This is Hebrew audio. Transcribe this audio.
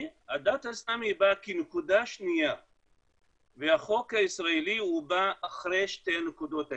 הדת האיסלמית באה כנקודה שנייה והחוק הישראלי בא אחרי שתי הנקודות האלה.